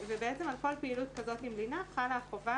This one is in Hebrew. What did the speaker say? בעצם על כל פעילות כזאת עם לינה חלה החובה